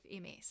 MS